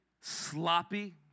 sloppy